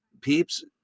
peeps